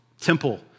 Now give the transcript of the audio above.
Temple